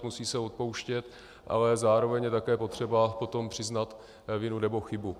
Musí se odpouštět, ale zároveň je také potřeba potom přiznat vinu nebo chybu.